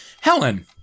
Helen